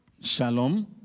Shalom